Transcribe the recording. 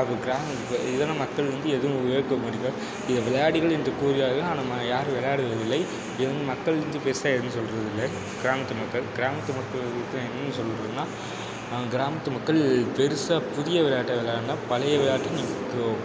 அது கிராமத்தில் இதெல்லாம் மக்கள் வந்து எதுவும் ஏற்றுக்க மாட்டேங்குறாங்க இதை விளையாடுங்கள் என்று கூறுகிறார்கள் ஆனால் யாரும் விளையாடுவதில்லை இதை வந்து மக்கள் வந்து பெருசாக எதுவும் சொல்கிறதில்ல கிராமத்து மக்கள் கிராமத்து மக்கள் என்னனு சொல்கிறதுனா நாங்கள் கிராமத்து மக்கள் பெருசாக புதிய விளையாட்டை விளையாண்டால் பழைய விளையாட்டுக்குனு